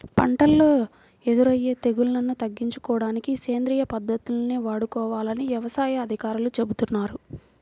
పంటల్లో ఎదురయ్యే తెగుల్లను తగ్గించుకోడానికి సేంద్రియ పద్దతుల్ని వాడుకోవాలని యవసాయ అధికారులు చెబుతున్నారు